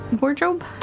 wardrobe